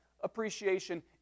appreciation